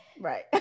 right